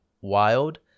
wild